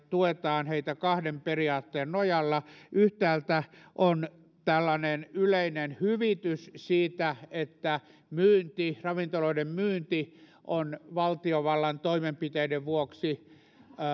tuetaan ravintoloita kahden periaatteen nojalla yhtäältä on tällainen yleinen hyvitys siitä että ravintoloiden myynti on valtiovallan toimenpiteiden vuoksi